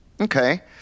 okay